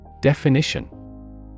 Definition